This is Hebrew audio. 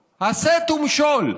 ומשול, הסת ומשול,